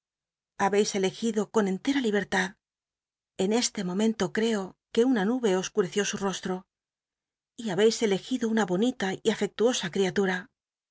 llabci elegido cou culera libertad en este momento creo que una nube oscureció su rostro y ha beis elegido nna bonita y afectuosa criatura